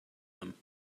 them